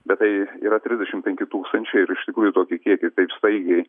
bet tai yra trisdešim penki tūkstančiai ir iš tikrųjų tokį kiekį taip staigiai